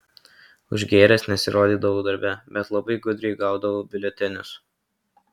užgėręs nesirodydavau darbe bet labai gudriai gaudavau biuletenius